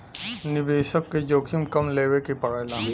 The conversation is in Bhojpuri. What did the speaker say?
निवेसक के जोखिम कम लेवे के पड़ेला